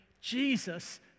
Jesus